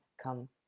come